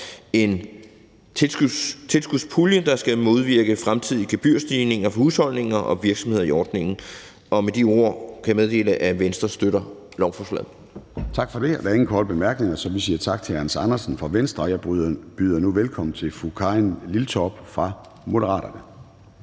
en tilskudspulje, der skal modvirke fremtidige gebyrstigninger for husholdninger og virksomheder i ordningen. Med de ord kan jeg meddele, at Venstre støtter lovforslaget. Kl. 10:56 Formanden (Søren Gade): Tak for det. Der er ingen korte bemærkninger, så vi siger tak til hr. Hans Andersen fra Venstre. Jeg byder nu velkommen til fru Karin Liltorp fra Moderaterne.